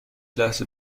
لحظه